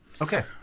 Okay